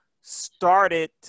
started